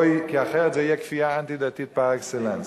כי אחרת זו תהיה כפייה אנטי-דתית פר-אקסלנס.